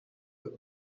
but